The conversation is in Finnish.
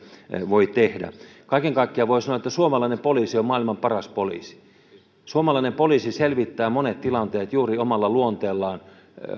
voi tehdä kaiken kaikkiaan voi sanoa että suomalainen poliisi on maailman paras poliisi suomalainen poliisi selvittää monet tilanteet juuri omalla luonteellaan